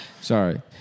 Sorry